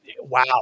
Wow